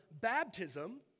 baptism